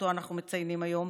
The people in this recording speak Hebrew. שאותו אנחנו מציינים היום,